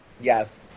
Yes